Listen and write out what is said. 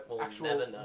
actual